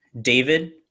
David